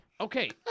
Okay